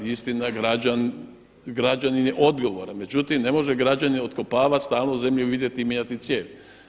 Istina građanin je odgovoran, međutim ne može građanin otkopavati stalno zemlju i vidjeti i mijenjati cijev.